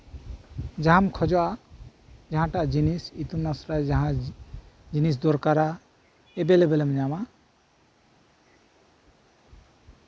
ᱡᱟᱸᱦᱟᱢ ᱠᱷᱚᱡᱚᱜᱼᱟ ᱡᱟᱸᱦᱟᱴᱟᱜ ᱡᱤᱱᱤᱥ ᱤᱛᱩᱱ ᱟᱥᱲᱟᱨᱮ ᱡᱟᱸᱦᱟ ᱡᱤᱱᱤᱥ ᱫᱚᱨᱠᱟᱨᱟ ᱮᱵᱮᱞ ᱮᱵᱮᱞᱮ ᱧᱟᱢᱟ